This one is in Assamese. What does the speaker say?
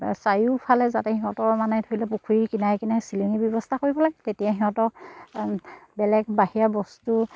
চাৰিওফালে যাতে সিহঁতৰ মানে ধৰি লওক পুখুৰী কিনাৰে কিনাই চিলিঙিৰ ব্যৱস্থা কৰিব লাগে তেতিয়া সিহঁতক বেলেগ বাহিৰা বস্তু